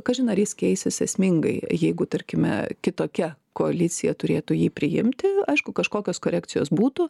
kažin ar jis keisis esmingai jeigu tarkime kitokia koalicija turėtų jį priimti aišku kažkokios korekcijos būtų